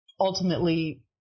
ultimately